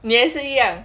你也是一样